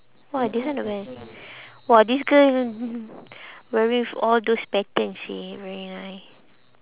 !wah! this one not bad eh !wah! this girl wear with all those pattern seh very nice